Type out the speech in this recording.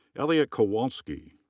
elliot kowalski.